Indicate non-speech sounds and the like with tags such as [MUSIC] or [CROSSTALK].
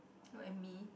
[NOISE] look at me